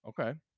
okay